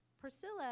Priscilla